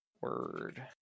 Word